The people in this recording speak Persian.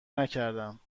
نکردم